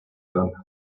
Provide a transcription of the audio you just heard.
gun